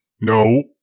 No